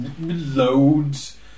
loads